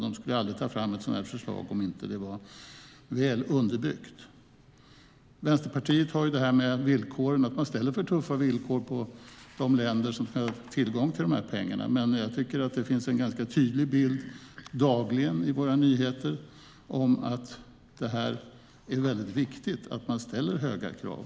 De skulle aldrig ta fram ett sådant här förslag om det inte var väl underbyggt. Vänsterpartiet anser att man ställer upp för tuffa villkor för de länder som ska få tillgång till pengarna. Jag tycker att bilden är ganska tydlig dagligen i våra nyhetsrapporter att det är viktigt att man ställer höga krav.